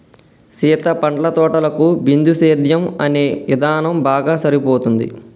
సీత పండ్ల తోటలకు బిందుసేద్యం అనే ఇధానం బాగా సరిపోతుంది